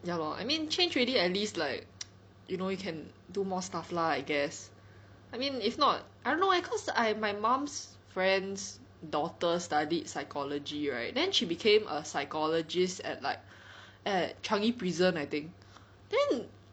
ya lor I mean change already at least like you know you can do more stuff lah I guess I mean if not I don't know eh cause I my mum's friend's daughter studied psychology right then she became a psychologist at like at Changi prison I think then